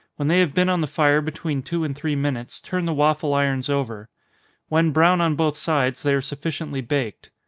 when they have been on the fire between two and three minutes, turn the waffle-irons over when brown on both sides, they are sufficiently baked.